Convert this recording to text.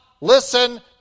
listen